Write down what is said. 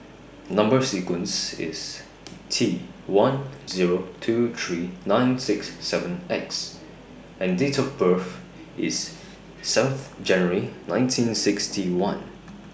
Number sequence IS T one Zero two three nine six seven X and Date of birth IS seventh January nineteen sixty one